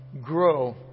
grow